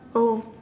oh